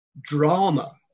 drama